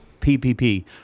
PPP